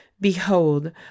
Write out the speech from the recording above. Behold